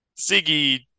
Ziggy